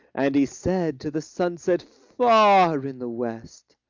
and he said to the sunset far in the west,